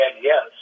yes